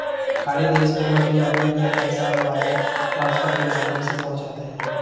खाड़ी देश के मजदूर अपने घर पैसा वायर ट्रांसफर के माध्यम से पहुंचाते है